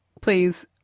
please